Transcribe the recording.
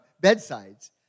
bedsides